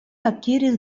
akiris